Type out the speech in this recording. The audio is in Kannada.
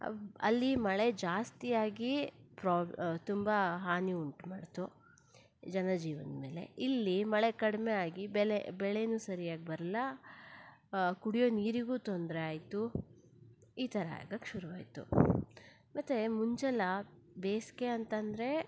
ಅಲ್ಲಿ ಮಳೆ ಜಾಸ್ತಿ ಆಗಿ ಪ್ರಾಬ್ ತುಂಬ ಹಾನಿ ಉಂಟು ಮಾಡಿತು ಜನ ಜೀವನ್ದ ಮೇಲೆ ಇಲ್ಲಿ ಮಳೆ ಕಡಿಮೆ ಆಗಿ ಬೆಲೆ ಬೆಳೆನೂ ಸರಿಯಾಗಿ ಬರ್ಲ ಕುಡಿಯೋ ನೀರಿಗೂ ತೊಂದರೆ ಆಯಿತು ಈ ಥರ ಆಗಕ್ಕೆ ಶುರು ಆಯಿತು ಮತ್ತು ಮುಂಚೆಲ್ಲ ಬೇಸಿಗೆ ಅಂತಂದರೆ